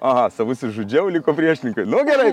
aha savus išžudžiau liko priešininkai nu gerai